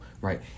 right